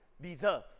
deserve